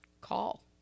call